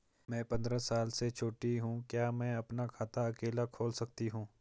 मैं पंद्रह साल से छोटी हूँ क्या मैं अपना खाता अकेला खोल सकती हूँ?